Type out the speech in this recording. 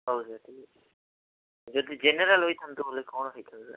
ହଉ ସାର୍ ଠିକ୍ ଅଛି ଜେନେରାଲ୍ ହୋଇଥାନ୍ତୁ ହେଲେ କ'ଣ ହୋଇଥାନ୍ତା